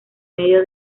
medio